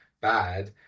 bad